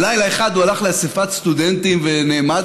לילה אחד הוא הלך לאספת סטודנטים ונעמד